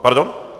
Ano.